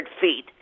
feet